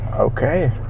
Okay